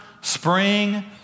spring